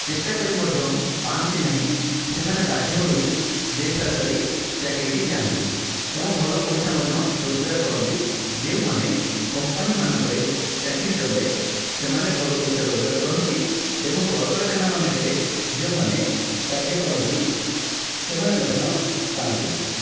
ଚେଷ୍ଟା କରି ମଧ୍ୟ ପାଆନ୍ତି ନାହିଁ ସେମାନେ ବାଧ୍ୟ ହୋଇ ବେସରକାରୀ ଚାକିରିକି ଯାଆନ୍ତି ଏବଂ ଭଲ ପଇସା ମଧ୍ୟ ରୋଜଗାର କରନ୍ତି ଯେଉଁମାନେ କମ୍ପାନୀମାନଙ୍କରେ ଚାକିରି କଲେ ସେମାନେ ଭଲ ପଇସା ରୋଜଗାର କରନ୍ତି ଏବଂ କଳକାରଖାନା ମାନଙ୍କରେ ଯେଉଁମାନେ କାର୍ଯ୍ୟ କରନ୍ତି ସେମାନେ ମଧ୍ୟ ପାଆନ୍ତି